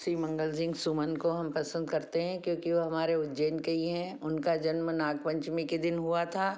शिवमंगल सिंह सुमन को हम पसंद करते हैं क्योंकि वो हमारे उज्जैन के ही हैं उनका जन्म नागपंचमी के दिन हुआ था